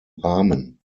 rahmen